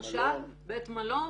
בית מלון,